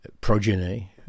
progeny